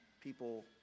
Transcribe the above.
people